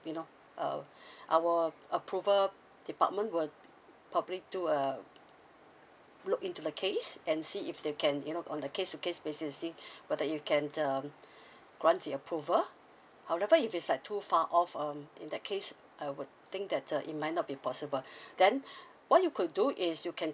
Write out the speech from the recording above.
you know uh our approval department will probably do a look into the case and see if they can you know on the case to case basis to see whether you can um grant the approval however if it's like too far off um in that case I would think that uh it might not be possible then what you could do is you can